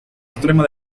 extrema